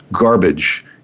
Garbage